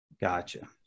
Gotcha